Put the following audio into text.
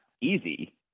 easy